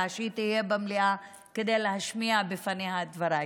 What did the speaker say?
שהיא תהיה במליאה כדי להשמיע בפניה את דבריי.